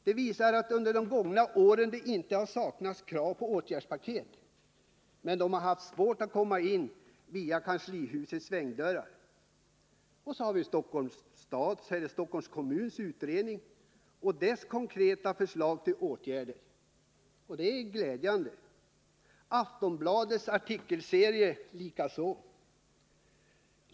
Det visar att det under de gångna åren inte saknats krav på åtgärdspaket. Men det har varit svårt att komma in via kanslihusets svängdörrar. Stockholms kommuns utredning och dess konkreta förslag till åtgärder är också glädjande; Aftonbladets artikelserie likaså.